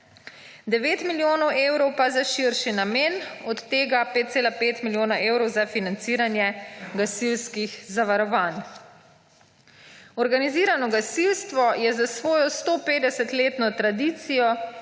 9 milijonov evrov pa za širši namen, od tega 5,5 milijona evrov za financiranje gasilskih zavarovanj. Organizirano gasilstvo je s svojo 150-letno tradicijo